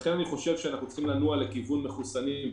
אני חושב שאנחנו צריכים לנוע לכיוון מחוסנים,